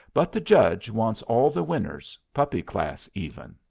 but the judge wants all the winners, puppy class even.